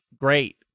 great